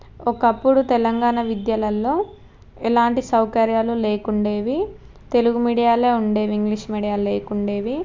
ఒకప్పుడు తెలంగాణా విద్యాలల్లో ఎలాంటి సౌకర్యాలు లేకుండేవి తెలుగు మీడియాలే ఉండేవి ఇంగ్లిష్ మీడియాలు లేకుండేవి